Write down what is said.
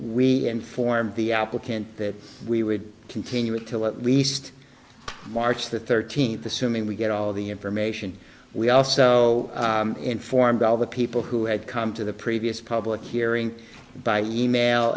we informed the applicant that we would continue until at least march the thirteenth assuming we get all the information we also informed all the people who had come to the previous public hearing by email